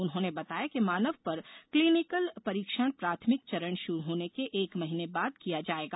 उन्होंने बताया कि मानव पर क्लिनिकल परीक्षण प्राथमिक चरण शुरू होने के एक महीने बाद किया जाएगा